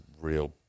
real